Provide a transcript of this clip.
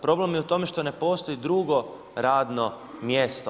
Problem je u tome što ne postoji drugo radno mjesto.